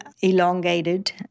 elongated